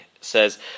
says